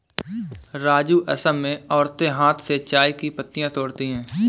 राजू असम में औरतें हाथ से चाय की पत्तियां तोड़ती है